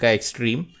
Extreme